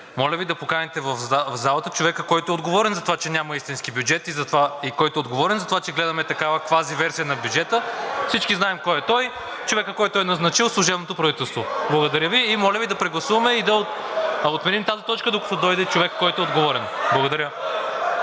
Моля Ви да поканите в залата човека, който е отговорен за това, че няма истински бюджет и който е отговорен за това, че гледаме такава квазиверсия на бюджета. (Реплики от ГЕРБ-СДС: „Кой, кой, кой?“) Всички знаем кой е той – човекът, който е назначил служебното правителство. Благодаря Ви. Моля Ви да прегласуваме и да отменим тази точка, докато дойде човекът, който е отговорен. Благодаря.